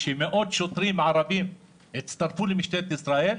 שמאות שוטרים ערבים הצטרפו למשטרת ישראל,